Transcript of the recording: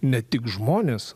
ne tik žmonės